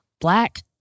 black